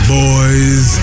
boys